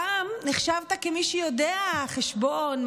פעם נחשבת למי שיודע חשבון,